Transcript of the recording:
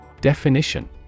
Definition